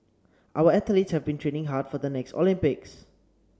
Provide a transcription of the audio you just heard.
our athletes have been training hard for the next Olympics